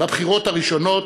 בבחירות הראשונות,